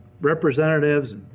representatives